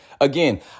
Again